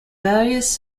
various